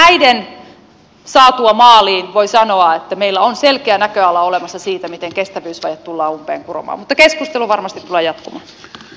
kun nämä on saatu maaliin voi sanoa että meillä on selkeä näköala olemassa siitä miten kestävyysvaje tullaan umpeen kuromaan mutta keskustelu varmasti tulee jatkumaan